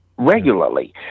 regularly